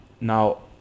Now